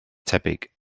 tebyg